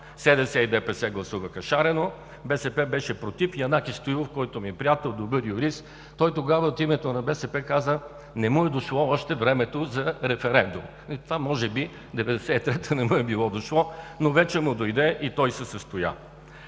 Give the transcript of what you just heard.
СДС и ДПС гласуваха шарено, БСП беше против. Янаки Стоилов, който ми е приятел, добър юрист, тогава от името на БСП каза: „Не му е дошло още времето за референдум“. Може би 1993 г. не му е било дошло, но вече му дойде и той се състоя.